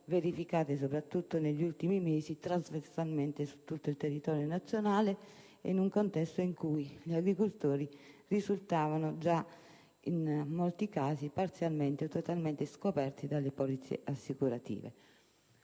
verificate, soprattutto negli ultimi mesi, trasversalmente su tutto il territorio nazionale, in un contesto in cui gli agricoltori, in molti casi, risultavano già parzialmente o totalmente scoperti dalle polizze assicurative.